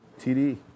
TD